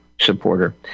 supporter